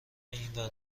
اینور